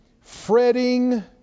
fretting